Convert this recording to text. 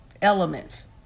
elements